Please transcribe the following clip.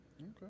Okay